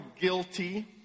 guilty